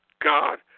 God